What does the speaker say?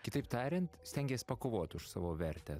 kitaip tariant stengies pakovoti už savo vertę